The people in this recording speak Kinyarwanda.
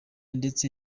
ndetse